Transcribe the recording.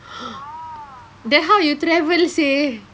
!huh! then how you travel seh